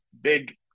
big